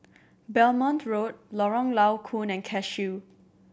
Belmont Road Lorong Low Koon and Cashew